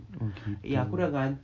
oh gitu